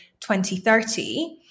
2030